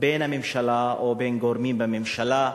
בין הממשלה, או בין גורמים בממשלה,